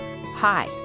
Hi